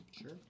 Sure